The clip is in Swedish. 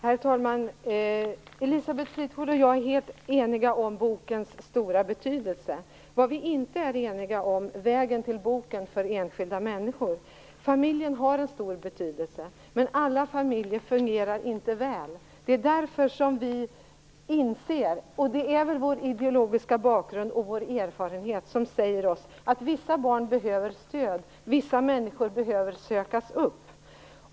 Herr talman! Elisabeth Fleetwood och jag är helt eniga om bokens stora betydelse. Vad vi inte är eniga om är vägen till boken för enskilda människor. Familjen har en stor betydelse, men alla familjer fungerar inte väl. Vår ideologiska bakgrund och vår erfarenhet säger oss att vissa barn behöver stöd och att vissa människor behöver sökas upp.